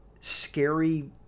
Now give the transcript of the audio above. scary